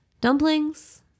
dumplings